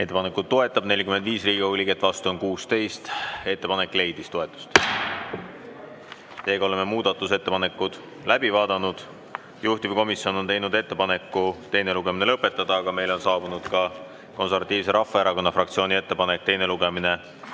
Ettepanekut toetab 45 Riigikogu liiget, vastu on 16. Ettepanek leidis toetust. Seega oleme muudatusettepanekud läbi vaadanud. Juhtivkomisjon on teinud ettepaneku teine lugemine lõpetada, aga meile on saabunud ka Konservatiivse Rahvaerakonna fraktsiooni ettepanek teine lugemine